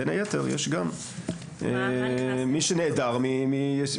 בין היתר יש גם מי שנעדר מישיבות.